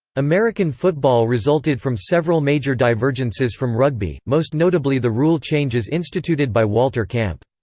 american football resulted from several major divergences from rugby, most notably the rule changes instituted by walter camp.